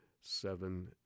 seven